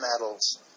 medals